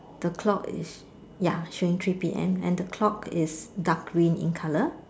the clock is ya swing three P_M and the clock is dark green in colour